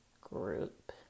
group